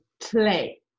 play